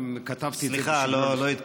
גם כתבתי את זה, סליחה, לא התכוונתי.